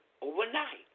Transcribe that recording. overnight